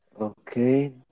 Okay